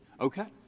okay?